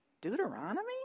Deuteronomy